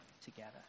together